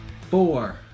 Four